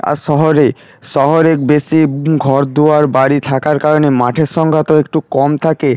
আর শহরে শহরে বেশি ঘর দুয়ার বাড়ি থাকার কারণে মাঠের সংখ্যা তো একটু কম থাকে